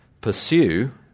Pursue